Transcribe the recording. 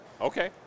Okay